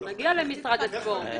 אנחנו נגיע למשרד הספורט,